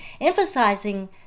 emphasizing